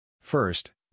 First